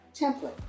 template